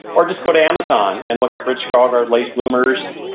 or just go to amazon and look up rich karlgaard late bloomers.